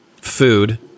food